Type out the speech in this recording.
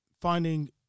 finding